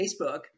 Facebook